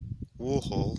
warhol